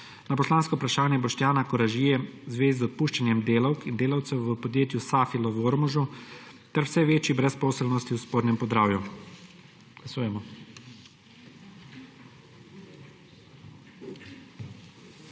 na poslansko vprašanje Boštjana Koražije v zvezi z odpuščanjem delavk in delavcev v podjetju Safilo v Ormožu ter vse večji brezposelnosti v Spodnjem Podravju.